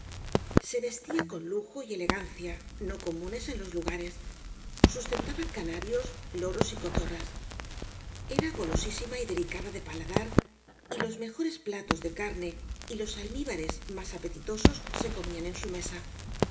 se vestía con lujo y elegancia no comu nes en los lugares sustentaba canarios loros y cotorras era golosísima y delicada de paladar y los mejores platos de carne y los almíbares más ape titosos se comían en su mesa